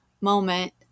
moment